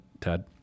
Ted